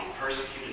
persecuted